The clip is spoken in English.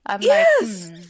yes